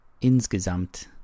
insgesamt